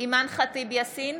אימאן ח'טיב יאסין,